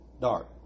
dark